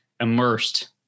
immersed